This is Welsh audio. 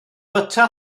fwyta